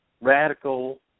radical